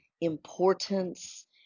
importance